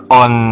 on